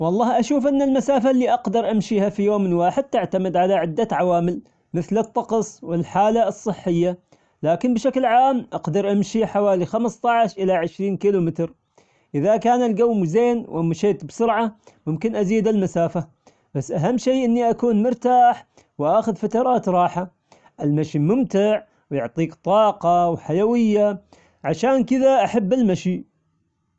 والله أشوف أن المسافة اللي أقدر أمشيها في يوم واحد تعتمد على عدة عوامل مثل الطقس والحالة الصحية لكن بشكل عام أقدر أمشي حوالي خمسة عشر إلى عشرين كيلو متر، إذا كان الجو مزين ومشيت بسرعة ممكن أزيد المسافة بس أهم شي إني أكون مرتاح وأخذ فترات راحة، المشي ممتع ويعطيك طاقة وحيوية عشان كدا أحب المشي.